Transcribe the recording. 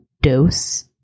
dose